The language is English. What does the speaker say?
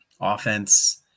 offense